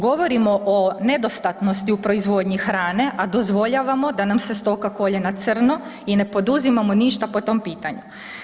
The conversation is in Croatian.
Govorimo o nedostatnosti u proizvodnji hrane, a dozvoljavamo da nam se stoka kolje na crno i ne poduzimamo ništa po tom pitanju.